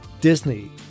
Disney